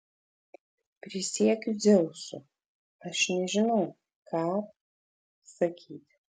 prisiekiu dzeusu aš nežinau ką sakyti